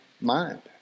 mind